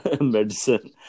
medicine